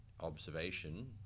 observation